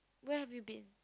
where have you been